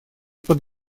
под